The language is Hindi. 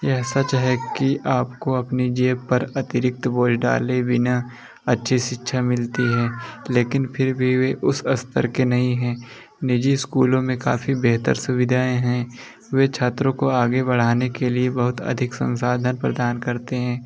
यह सच है कि आपको अपनी ज़ेब पर अतिरिक्त बोझ डाले बिना अच्छी शिक्षा मिलती है लेकिन फिर भी वह उस अस्तर के नहीं हैं निजी इस्कूलों में काफ़ी बेहतर सुविधाएँ हैं वह छात्रों को आगे बढ़ने के लिए बहुत अधिक सँसाधन प्रदान करते हैं वह किसी भी सरकारी इस्कूल से नहीं कहीं ज़्यादा पढ़ाई पर ध्यान देते हैं